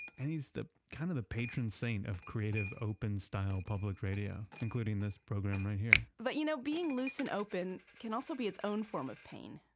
and he's the kind of the patron saint of creative, open style public radio. including this program right here but you know being loose and open can also be its own form of pain.